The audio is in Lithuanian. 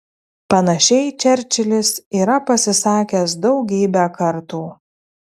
panašiai čerčilis yra pasisakęs daugybę kartų